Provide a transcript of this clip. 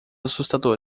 assustador